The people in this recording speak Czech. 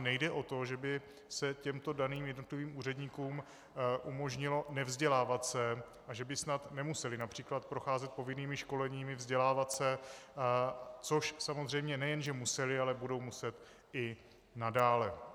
Nejde o to, že by se těmto daným jednotlivým úředníkům umožnilo nevzdělávat se a že by snad nemuseli například procházet povinnými školeními, vzdělávat se, což samozřejmě nejen že museli, ale budou muset i nadále.